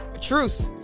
Truth